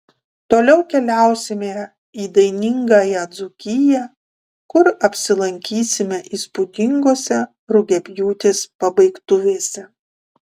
toliau keliausime į dainingąją dzūkiją kur apsilankysime įspūdingose rugiapjūtės pabaigtuvėse